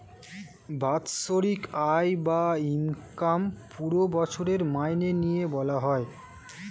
বাৎসরিক আয় বা ইনকাম পুরো বছরের মাইনে নিয়ে বলা হয়